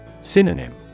Synonym